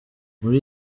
muri